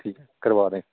ਠੀਕ ਹੈ ਕਰਵਾ ਦੇਗੇ